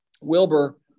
Wilbur